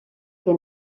que